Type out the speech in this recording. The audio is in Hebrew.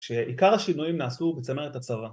שעיקר השינויים נעשו בצמרת הצרה